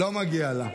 לא מגיע לה.